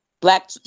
Black